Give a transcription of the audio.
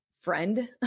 friend